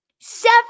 Seven